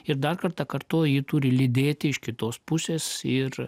ir dar kartą kartoju ji turi lydėti iš kitos pusės ir